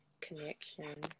connection